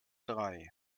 drei